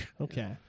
Okay